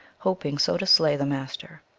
hoping so to slay the master.